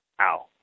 Ow